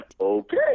Okay